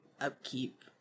upkeep